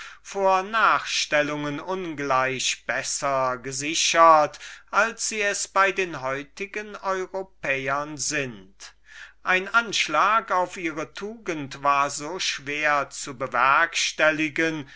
vor nachstellungen ungleich besser gesichert als sie es bei uns sind ein anschlag auf ihre tugend war so schwer zu bewerkstelligen